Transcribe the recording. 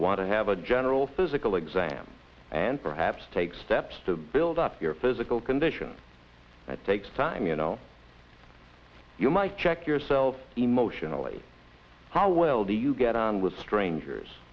want to have a general physical exam and perhaps take steps to build up your physical condition that takes time you know you might check yourself emotionally how well do you get on with strangers